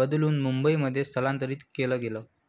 बदलून मुंबईमध्ये स्थलांतरीत केलं गेलं